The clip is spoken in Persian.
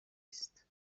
است